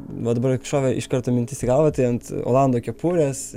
va dabar šovė iš karto mintis į galvą tai ant olando kepurės